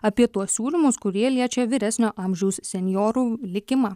apie tuos siūlymus kurie liečia vyresnio amžiaus senjorų likimą